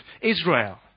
Israel